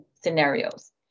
scenarios